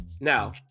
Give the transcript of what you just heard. Now